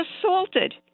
assaulted